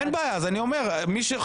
מירב, את לא נותנת להשלים משפט.